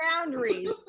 boundaries